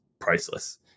priceless